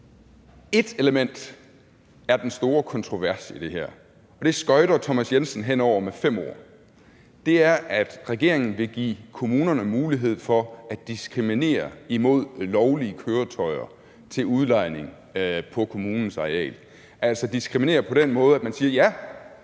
Ét element er den store kontrovers i det her, og det skøjter Thomas Jensen hen over med fem ord. Det er, at regeringen vil give kommunerne mulighed for at diskriminere imod lovlige køretøjer til udlejning på kommunens areal, altså diskriminere på den måde, at man siger, at